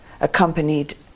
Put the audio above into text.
accompanied